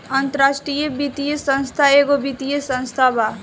अन्तराष्ट्रिय वित्तीय संस्था एगो वित्तीय संस्था बा